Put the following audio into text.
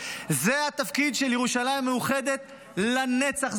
זה התפקיד של ירושלים מאוחדת לנצח.